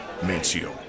Mancio